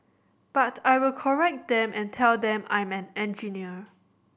but I will correct them and tell them I'm an engineer